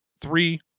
Three